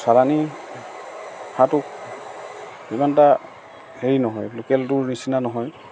চালানী হাঁহটো ইমান এটা হেৰি নহয় লোকেলটোৰ নিচিনা নহয়